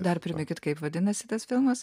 dar priminkit kaip vadinasi tas filmas